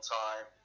time